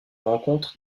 rencontre